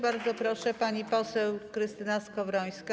Bardzo proszę, pani poseł Krystyna Skowrońska.